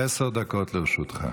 עשר דקות לרשותך.